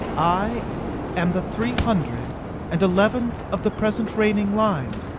i am the three hundred and eleventh of the present reigning line.